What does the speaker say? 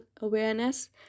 awareness